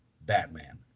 Batman